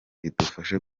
idufashe